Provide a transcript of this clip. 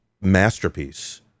masterpiece